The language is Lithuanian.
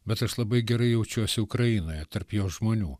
bet aš labai gerai jaučiuosi ukrainoje tarp jos žmonių